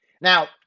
Now